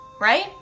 right